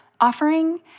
offering